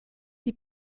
die